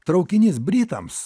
traukinys britams